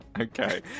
Okay